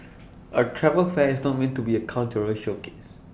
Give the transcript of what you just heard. A travel fair is not meant to be A cultural showcase